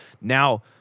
now